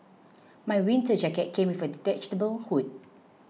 my winter jacket came with a detachable hood